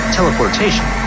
Teleportation